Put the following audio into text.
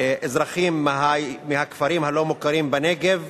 לפנות אזרחים מהכפרים הלא-מוכרים בנגב